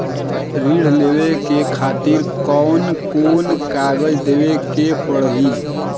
ऋण लेवे के खातिर कौन कोन कागज देवे के पढ़ही?